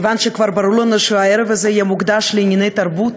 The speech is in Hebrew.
כיוון שכבר ברור לנו שהערב הזה יהיה מוקדש לענייני תרבות,